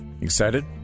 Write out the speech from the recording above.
Excited